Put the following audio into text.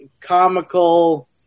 comical